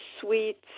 sweets